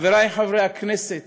חברי חברי הכנסת,